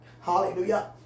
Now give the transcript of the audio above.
Hallelujah